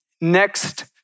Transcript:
next